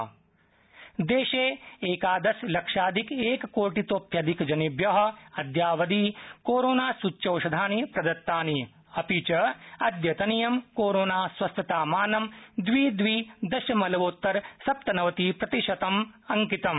Covid update देशो एकादशलक्षाधिकएककोटितोऽप्यधिकजनेभ्य अद्यावधि कोरोनासूच्यौषधानि प्रदत्तनि अपि च अद्यतनीयं कोरोनास्वस्थतामानं द्वि द्वि दशमलवोत्तर सप्तनवतिप्रतिशतम् अंकितम्